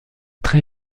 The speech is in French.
très